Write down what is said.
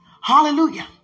Hallelujah